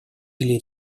или